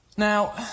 Now